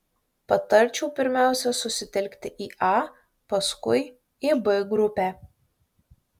patarčiau pirmiausia susitelkti į a paskui į b grupę